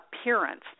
appearance